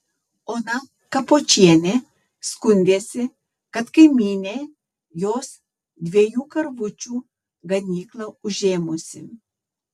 ona kapočienė skundėsi kad kaimynė jos dviejų karvučių ganyklą užėmusi